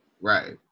Right